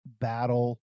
battle